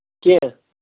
کیٚنہہ